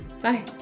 Bye